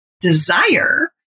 desire